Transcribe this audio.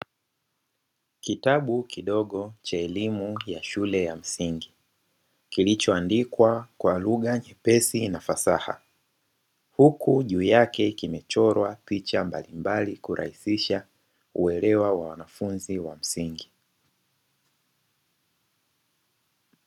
Kitabu kidogo cha elimu ya shule ya msingi kilichoandikwa kwa lugha nyepesi na fasaha huku juu yake kimechorwa picha mbalimbali kurahisisha uelewa wa wanafunzi wa msingi.